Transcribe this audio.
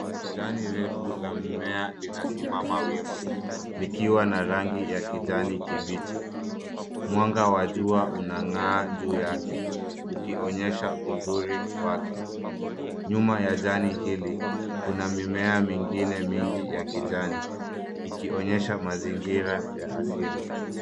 Jani refu la mimea linasimama wima likiwa na rangi ya kijani kibichi. Mwanga wa jua unangaa juu yake, ukionyesha uzuri wake. Nyuma ya jani hili kuna mimea mingine ya kijani ikionyesha mazingira ya asili.